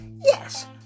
Yes